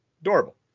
Adorable